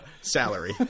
salary